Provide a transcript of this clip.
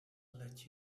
let